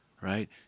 right